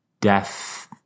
Death